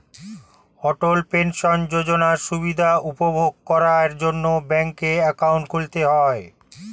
অটল pension যোজনার সুবিধা উপভোগ করার জন্যে ব্যাংকে অ্যাকাউন্ট খুলতে হয়